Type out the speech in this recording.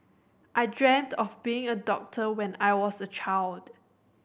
I dreamt of being a doctor when I was a child